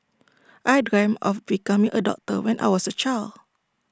I dreamt of becoming A doctor when I was A child